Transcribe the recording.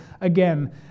again